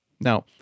Now